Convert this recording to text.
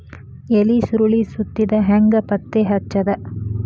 ಎಲಿ ಸುರಳಿ ಸುತ್ತಿದ್ ಹೆಂಗ್ ಪತ್ತೆ ಹಚ್ಚದ?